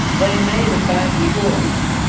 they made a bad choice,